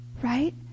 Right